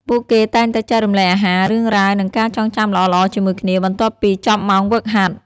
ពួកគេតែងតែចែករំលែកអាហារ រឿងរ៉ាវ និងការចងចាំល្អៗជាមួយគ្នា បន្ទាប់ពីចប់ម៉ោងហ្វឹកហាត់។